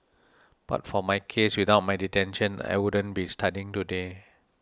but for my case without my detention I wouldn't be studying today